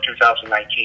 2019